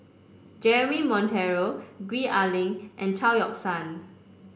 Jeremy Monteiro Gwee Ah Leng and Chao Yoke San